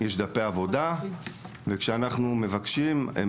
אלא יש דפי עבודה וכשאנחנו מבקשים לראות ספר